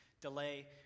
delay